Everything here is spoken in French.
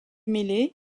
mêlées